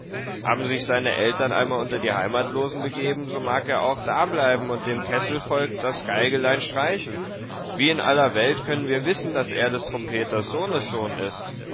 haben sich seine eltern einmal unter die heimatlosen begeben so mag er auch dableiben und dem kesselvolk das geigelein streichen wie in aller welt können wir wissen daß er des trompeters sohnessohn ist